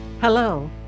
Hello